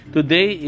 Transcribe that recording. Today